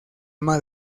ama